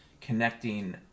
connecting